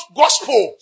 gospel